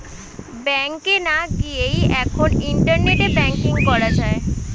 ব্যাংকে না গিয়েই এখন ইন্টারনেটে ব্যাঙ্কিং করা যায়